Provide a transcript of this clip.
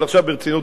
אבל עכשיו ברצינות,